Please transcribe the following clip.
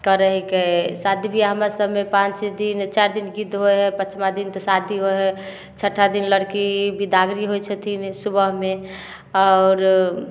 करै हकै शादी विवाह हमरा सबमे पाँच दिन चारि दिन गीत होइ हइ पाँचमा दिन तऽ शादी होइ हइ छठा दिन लड़की बिदागरी होइ छथिन सुबहमे आओर